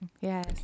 yes